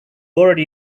already